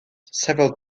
several